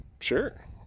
Sure